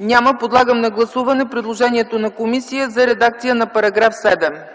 Няма. Подлагам на гласуване предложението на комисията за редакция на § 7.